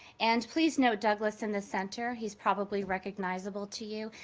and please note douglass in the center. he's probably recognizable to you.